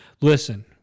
Listen